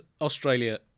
Australia